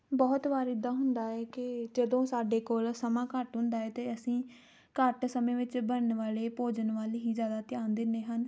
ਬਹੁਤ ਵਾਰ ਇੱਦਾਂ ਹੁੰਦਾ ਹੈ ਕਿ ਜਦੋਂ ਸਾਡੇ ਕੋਲ ਸਮਾਂ ਘੱਟ ਹੁੰਦਾ ਹੈ ਅਤੇ ਅਸੀਂ ਘੱਟ ਸਮੇਂ ਵਿੱਚ ਬਣਨ ਵਾਲੇ ਭੋਜਨ ਵੱਲ ਹੀ ਜ਼ਿਆਦਾ ਧਿਆਨ ਦਿੰਦੇ ਹਨ